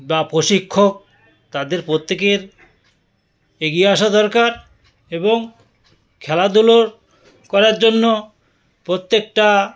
বা প্রশিক্ষক তাদের প্রত্যেকের এগিয়ে আসা দরকার এবং খেলাধুলোর করার জন্য প্রত্যেকটা